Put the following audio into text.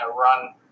run